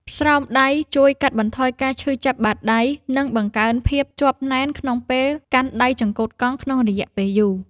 ស្រោមដៃជួយកាត់បន្ថយការឈឺចាប់បាតដៃ និងបង្កើនភាពជាប់ណែនក្នុងពេលកាន់ដៃចង្កូតកង់ក្នុងរយៈពេលយូរ។